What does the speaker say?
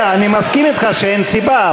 אני מסכים אתך שאין סיבה,